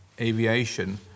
aviation